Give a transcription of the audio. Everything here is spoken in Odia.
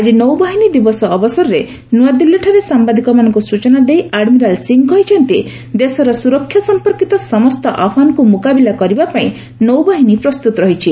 ଆଜି ନୌବାହିନୀ ଦିବସ ଅବସରରେ ନୂଆଦିଲ୍ଲୀଠାରେ ସାମ୍ବାଦିକମାନଙ୍କୁ ସ୍ନୁଚନା ଦେଇ ଆଡମିରାଲ ସିଂ କହିଛନ୍ତି ଦେଶର ସୁରକ୍ଷା ସମ୍ପର୍କିତ ସମସ୍ତ ଆହ୍ୱାନକୁ ମୁକାବିଲା କରିବା ପାଇଁ ନୌବାହିନୀ ପ୍ରସ୍ତୁତ ରହିଛି